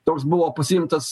toks buvo pasiimtas